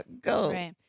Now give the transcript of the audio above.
go